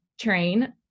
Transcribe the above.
train